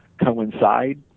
coincide